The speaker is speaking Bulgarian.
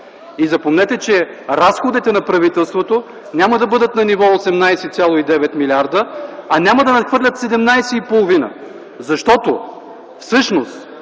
И запомнете, че разходите на правителството няма да бъдат на ниво 18,9 млрд. лв., а няма да надхвърлят 17,5 млрд. лв. Защото всъщност